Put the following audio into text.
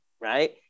Right